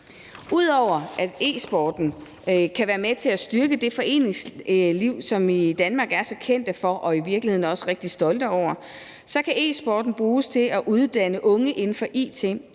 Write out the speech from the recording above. Ud over at e-sporten kan være med til at styrke det foreningsliv, som vi i Danmark er så kendte for og i virkeligheden også rigtig stolte over, kan e-sporten bruges til at uddanne unge inden for it